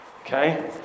Okay